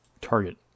target